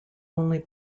only